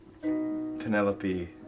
Penelope